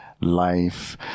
life